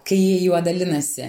kai juo dalinasi